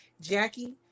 Jackie